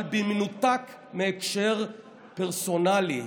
אבל במנותק מהקשר פרסונלי,